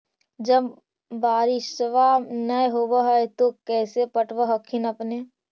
जब बारिसबा नय होब है तो कैसे पटब हखिन अपने?